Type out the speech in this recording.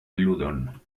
ludon